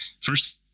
first